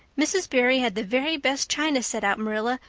mrs. barry had the very best china set out, marilla,